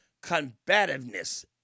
combativeness